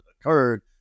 occurred